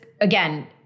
again